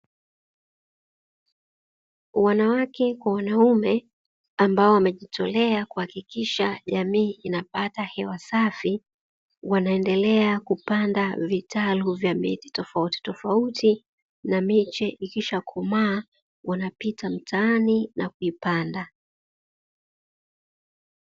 Wanawake kwa wanaume ambao wamejitolea, kuhakikisha jamii inapata hewa safi, wanaendelea kupanda vitalu vya miti tofautitofauti, na miche ikishakomaa, wanapita mtaani na kuipanda